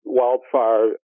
wildfire